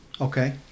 Okay